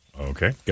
okay